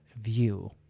view